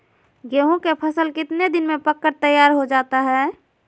गेंहू के फसल कितने दिन में पक कर तैयार हो जाता है